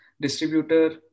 distributor